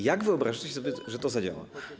Jak wyobrażacie sobie, że to zadziała?